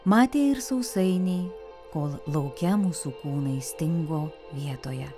matė ir sausainiai kol lauke mūsų kūnai stingo vietoje